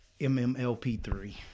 MMLP3